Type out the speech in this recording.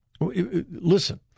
Listen